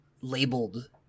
labeled